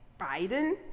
Biden